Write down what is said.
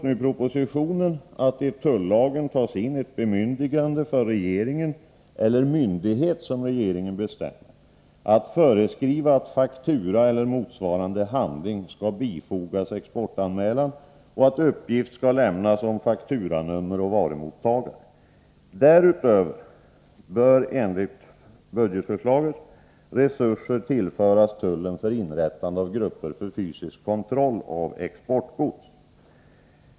I propositionen föreslås att det i tullagen tas in ett bemyndigande för regeringen, eller myndighet som regeringen bestämmer, att föreskriva att faktura eller motsvarande handling skall bifogas exportanmälan och att uppgift skall lämnas om fakturanummer och varumottagare. Därutöver bör enligt budgetförslaget resurser tillföras tullen för inrättande av grupper för fysisk kontroll av exportgods.